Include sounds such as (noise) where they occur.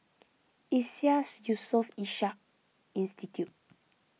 (noise) Iseas Yusof Ishak Institute